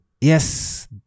yes